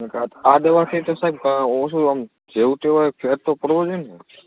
આ દવાથી તો સાહેબ હું શું કહું જેવો તેવો ય ફેર તો પડવો જોઈએ ને